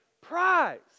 prize